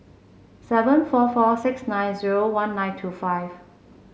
seven four four six nine zero one nine two five